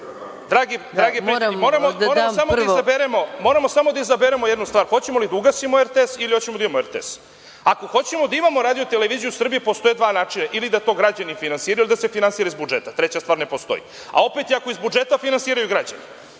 Dragi prijatelji, moramo samo da izaberemo jednu stvar – hoćemo li da ugasimo RTS ili hoćemo da imamo RTS. Ako hoćemo da imamo RTS, postoje dva načina – ili da to građani finansiraju, ili da se finansira iz budžeta. Treća stvar ne postoji. A opet, ako je i iz budžeta, to finansiraju građani.